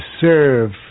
serve